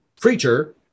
creature